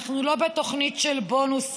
אנחנו לא בתוכנית של בונוסים,